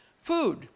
Food